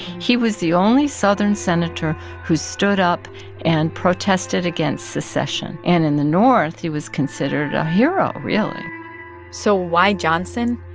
he was the only southern senator who stood up and protested against secession. and in the north, he was considered a hero, really so why johnson?